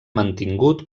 mantingut